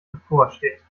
bevorsteht